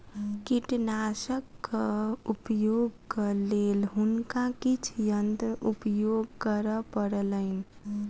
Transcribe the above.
कीटनाशकक उपयोगक लेल हुनका किछ यंत्र उपयोग करअ पड़लैन